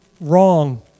wrong